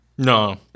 No